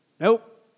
Nope